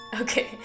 Okay